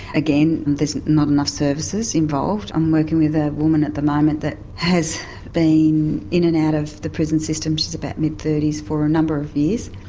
again, there's not enough services involved. i'm working with a woman at the moment that has been in and out of the prison system, she's about mid thirty s, for a number of years.